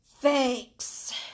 Thanks